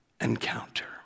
Encounter